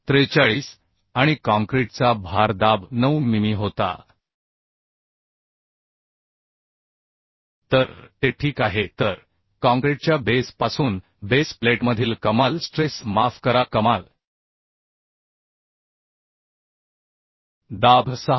43 आणि काँक्रीटचा भार दाब 9 मिमी होता तर ते ठीक आहे तर काँक्रीटच्या बेस पासून बेस प्लेटमधील कमाल स्ट्रेस माफ करा कमाल दाब 6